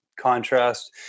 contrast